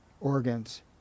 organs